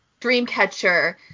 Dreamcatcher